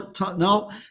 No